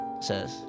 says